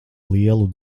lielu